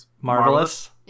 marvelous